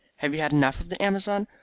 have you had enough of the amazon?